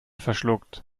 verschluckt